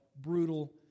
brutal